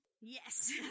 Yes